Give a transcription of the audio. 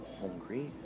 Hungry